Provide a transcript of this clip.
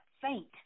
faint